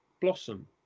blossom